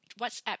WhatsApp